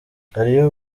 hariyo